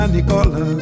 Nicola